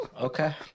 Okay